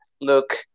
look